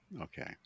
okay